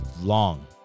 Long